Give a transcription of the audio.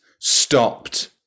stopped